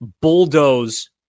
bulldoze